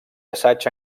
assaig